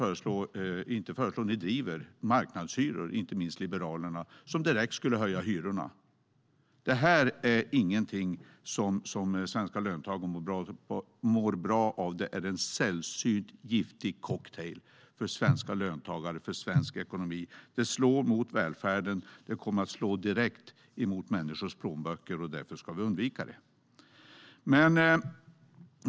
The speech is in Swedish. Ovanpå det driver ni marknadshyror, inte minst Liberalerna, vilket direkt skulle innebära höjda hyror. Detta är inget som svenska löntagare mår bra av. Det är en sällsynt giftig cocktail för svenska löntagare och svensk ekonomi. Det slår mot välfärden, och det kommer att slå direkt mot människors plånböcker, och därför ska vi undvika det.